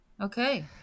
Okay